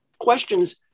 questions